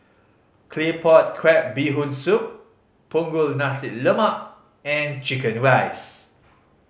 Claypot Crab Bee Hoon Soup Punggol Nasi Lemak and chicken rice